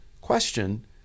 question